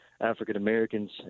African-Americans